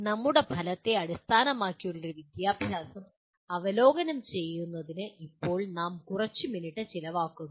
നമ്മുടെ ഫലത്തെ അടിസ്ഥാനമാക്കിയുള്ള വിദ്യാഭ്യാസം അവലോകനം ചെയ്യുന്നതിന് ഇപ്പോൾ നാം കുറച്ച് മിനിറ്റ് ചെലവഴിക്കുന്നു